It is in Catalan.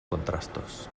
contrastos